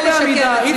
בוודאי, בוודאי.